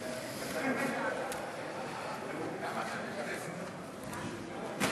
את הצעת חוק יסודות התקציב (תיקון,